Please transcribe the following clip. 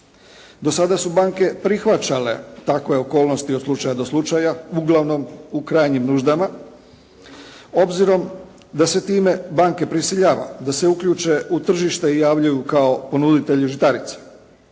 Do sada su banke prihvaćale takve okolnosti od slučaja do slučaja uglavnom u krajnjim nuždama, obzirom da se time banke prisiljava da se uključe u tržište i javljaju kao ponuditelji žitarica.